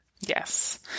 yes